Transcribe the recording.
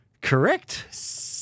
Correct